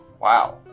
Wow